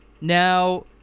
Now